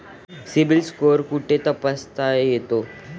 CIBIL score कुठे तपासता येतो?